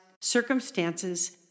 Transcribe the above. circumstances